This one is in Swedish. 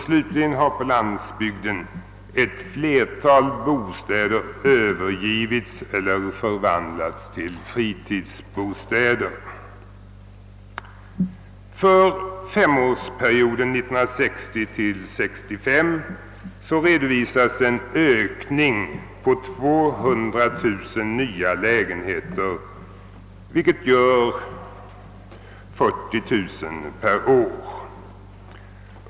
Slutligen har på landsbygden ett flertal bostäder övergivits eller förvandlats till fritidsbostäder. För femårsperioden 1960—1965 redovisas en ökning med 200 000 nya lägenheter, vilket gör 40 000 per år.